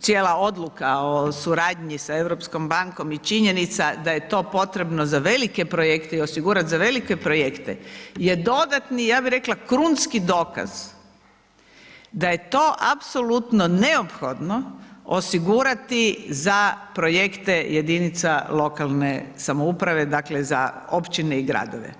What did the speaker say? cijela odluka o suradnji sa Europskom bankom i činjenica da je to potrebno za velike projekte i osigurat za velike projekte je dodatni ja bi rekla krunski dokaz, da je to apsolutno neophodno osigurati za projekte jedinica lokalne samouprave, dakle za općine i gradove.